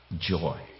Joy